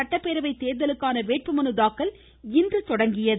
சட்டப்பேரவை தோ்தலுக்கான வேட்புமனு தாக்கல் இன்று தொடங்கியது